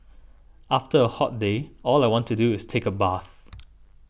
after a hot day all I want to do is take a bath